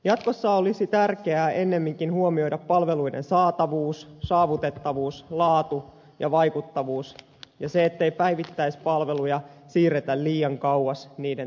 jatkossa olisi tärkeää ennemminkin huomioida palveluiden saatavuus saavutettavuus laatu ja vaikuttavuus ja se ettei päivittäispalveluja siirretä liian kauas niiden tarvitsijoista